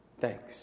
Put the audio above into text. thanks